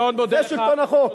זה שלטון החוק.